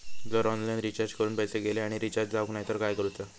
जर online recharge करून पैसे गेले आणि रिचार्ज जावक नाय तर काय करूचा?